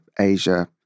Asia